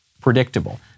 predictable